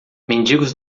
mendigos